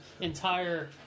entire